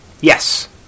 Yes